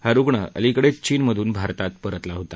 हा रुग्ण अलिकडेच चीनमधून भारतात परतला होता